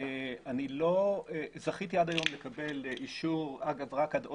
אני לא זכיתי עד היום לקבל אישור, רק עד אוגוסט.